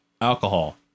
Alcohol